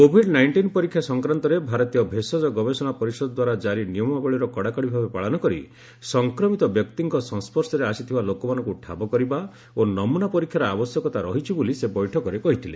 Covid nineteen ପରୀକ୍ଷା ସଂକ୍ରାନ୍ତରେ ଭାରତୀୟ ଭେଷଜ ଗବେଷଣା ପରିଷଦ ଦ୍ୱାରା ଜାରି ନିୟମାବଳୀର କଡ଼ାକଡ଼ି ଭାବେ ପାଳନ କରି ସଂକ୍ରମିତ ବ୍ୟକ୍ତିଙ୍କ ସଂସ୍କର୍ଶରେ ଆସିଥିବା ଲୋକମାନଙ୍କୁ ଠାବ କରିବା ଓ ନମୁନା ପରୀକ୍ଷାର ଆବଶ୍ୟକତା ରହିଛି ବୋଲି ସେ ବୈଠକରେ କହିଥିଲେ